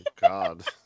god